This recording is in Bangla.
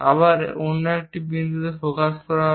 আবার এটি অন্য কোন বিন্দুতে ফোকাস করা হবে